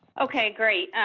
okay, great.